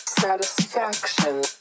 Satisfaction